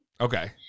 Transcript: Okay